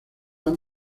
han